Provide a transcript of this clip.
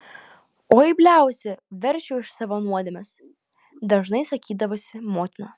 oi bliausi veršiu už savo nuodėmes dažnai sakydavusi motina